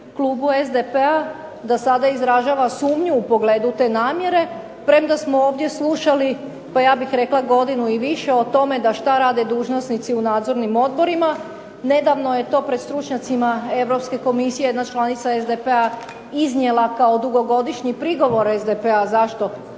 klubu SDP-a da sada izražava sumnju u pogledu te namjere, premda smo ovdje slušali, pa ja bih rekla godinu i više o tome da šta rade dužnosnici u nadzornim odborima. Nedavno je to pred stručnjacima Europske Komisije jedna članica SDP-a iznijela kao dugogodišnji prigovor SDP-a zašto